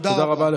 תודה רבה.